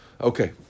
Okay